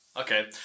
Okay